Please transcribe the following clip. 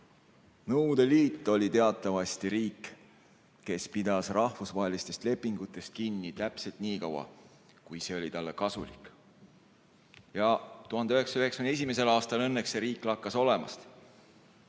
Nõukogude Liit oli teatavasti riik, kes pidas rahvusvahelistest lepingutest kinni täpselt niikaua, kui see oli talle kasulik. 1991. aastal see riik lakkas õnneks